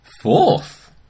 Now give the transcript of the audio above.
Fourth